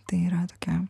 tai yra tokia